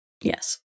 Yes